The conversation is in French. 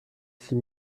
six